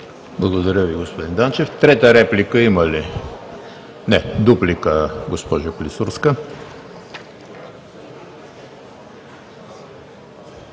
Благодаря Ви, господин Данчев. Трета реплика има ли? Не. Дуплика, госпожо Клисурска.